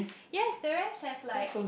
yes the rest have like